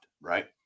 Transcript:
Right